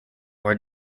were